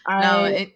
no